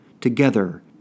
together